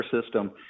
system